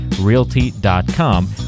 realty.com